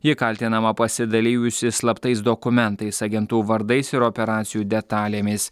ji kaltinama pasidalijusi slaptais dokumentais agentų vardais ir operacijų detalėmis